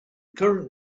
current